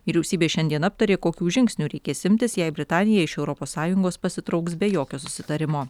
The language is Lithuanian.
vyriausybė šiandien aptarė kokių žingsnių reikės imtis jei britanija iš europos sąjungos pasitrauks be jokio susitarimo